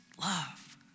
love